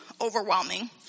overwhelming